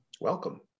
Welcome